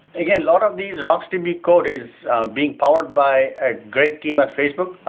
again, a lot of these rocksdb code is being powered by a great team at facebook.